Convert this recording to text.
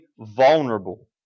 vulnerable